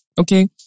okay